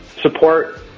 Support